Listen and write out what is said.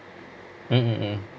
mmhmm mm